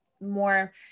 more